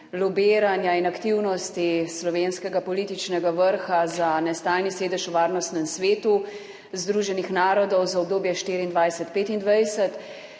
lobiranja in aktivnosti slovenskega političnega vrha za nestalni sedež v Varnostnem svetu Združenih narodov za obdobje 2024–2025.